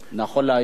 נכון להיום.